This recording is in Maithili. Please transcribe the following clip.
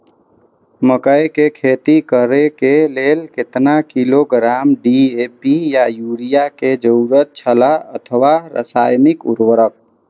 मकैय के खेती करे के लेल केतना किलोग्राम डी.ए.पी या युरिया के जरूरत छला अथवा रसायनिक उर्वरक?